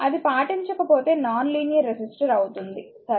అది పాటించకపోతే non linear resistor అవుతుంది సరే